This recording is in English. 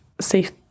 safe